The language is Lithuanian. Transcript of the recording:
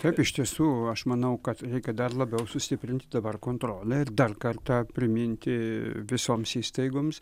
taip iš tiesų aš manau kad reikia dar labiau sustiprint dabar kontrolę ir dar kartą priminti visoms įstaigoms